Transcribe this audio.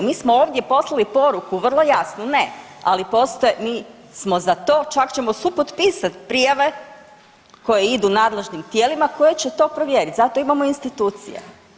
Mi smo ovdje poslali poruku vrlo jasnu, ne, ali postoje, mi smo za to, čak ćemo supotpisat prijave koje idu nadležnim tijelima koje će to provjerit, zato imamo institucije.